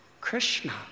Krishna